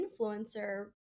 influencer